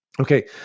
Okay